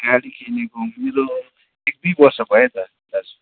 गाडी किनेको मेरो एकदुई वर्ष भयो त दाजु